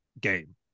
game